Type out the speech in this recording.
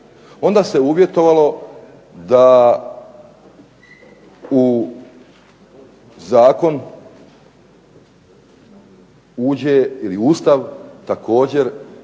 onda se uvjetovalo da u zakon uđe ili Ustav također